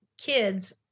kids